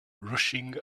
rushing